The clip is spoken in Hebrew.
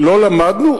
לא למדנו?